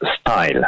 style